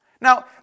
Now